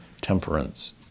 temperance